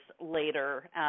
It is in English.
later